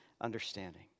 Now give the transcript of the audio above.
understanding